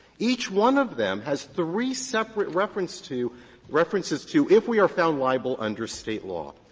each one of them has three separate reference to references to, if we are found liable under state law.